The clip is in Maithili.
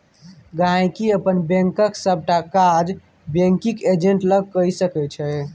गांहिकी अपन बैंकक सबटा काज बैंकिग एजेंट लग कए सकै छै